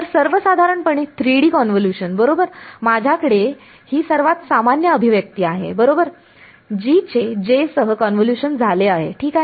तर सर्वसाधारणपणे 3 D convolution बरोबर माझ्याकडे ही सर्वात सामान्य अभिव्यक्ती आहे बरोबर G चे J सह कॉन्व्होल्यूशन झाले आहे ठीक आहे